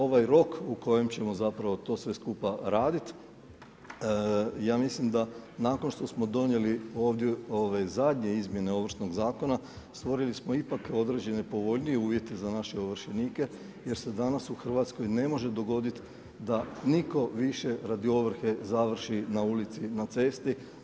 Ovaj rok u kojem ćemo zapravo to sve skupa raditi, ja mislim da nakon što smo donijeli ovdje ove zadnje izmjene Ovršnog zakona stvorili smo ipak određene povoljnije uvjete za naše ovršenike, jer se danas u Hrvatskoj ne može dogoditi da nitko više radi ovrhe završi na ulici, na cesti.